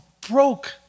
broke